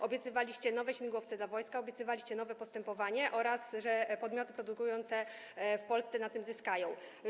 Obiecywaliście nowe śmigłowce dla wojska, obiecywaliście nowe postępowanie oraz to, że podmioty produkujące w Polsce na tym zyskają.